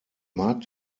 mag